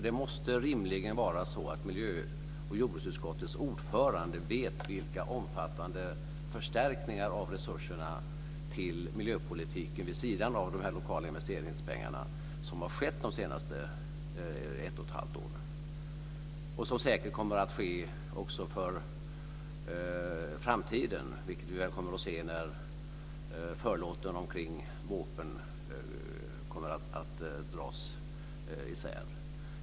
Det måste ju rimligen vara så att miljö och jordbruksutskottets ordförande vet vilka omfattande förstärkningar av resurserna till miljöpolitiken, vid sidan av de lokala investeringspengarna, som har skett under det senaste ett och ett halvt året och som säkert kommer att ske också för framtiden, vilket vi väl kommer att se när förlåten omkring vårpropositionen kommer att tas bort.